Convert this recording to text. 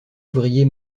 ouvrier